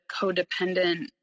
codependent